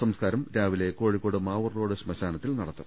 സംസ്കാരം രാവിലെ കോഴിക്കോട് മാവൂർ റോഡ് ശ്മശാനത്തിൽ നടത്തും